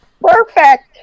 perfect